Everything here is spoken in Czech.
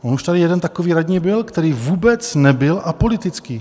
On už tady jeden takový radní byl, který vůbec nebyl apolitický.